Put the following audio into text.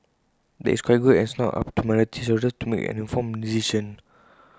that is quite good and it's now up to minority shareholders to make an informed decision